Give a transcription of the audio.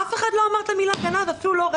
אף אחד לא אמר את המילה גנב, אפילו לא ברמז.